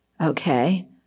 Okay